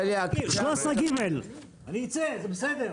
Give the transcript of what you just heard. בליאק, 13ג. אני אצא, זה בסדר.